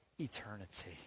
eternity